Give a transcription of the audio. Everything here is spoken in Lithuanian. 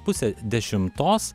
pusę dešimtos